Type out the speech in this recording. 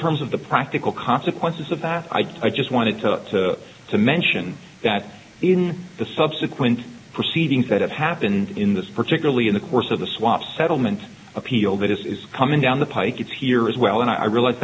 terms of the practical consequences of that i just wanted to to mention that in the subsequent proceedings that have happened in this particularly in the course of the swap settlement appeal that is coming down the pike is here as well and i realize